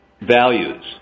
values